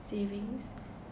savings